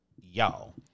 y'all